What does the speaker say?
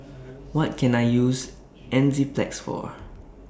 What Can I use Enzyplex For